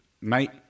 mate